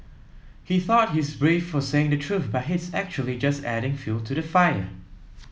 he thought he's brave for saying the truth but he's actually just adding fuel to the fire